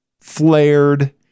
flared